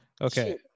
Okay